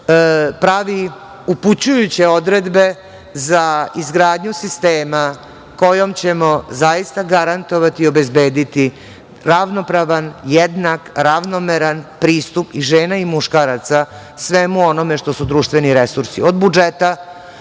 pravi upućujuće odredbe za izgradnju sistema kojim ćemo zaista garantovati i obezbediti ravnopravan, jednak, ravnomeran pristup i žena i muškaraca svemu onome što su društveni resursi, od budžeta